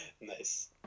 Nice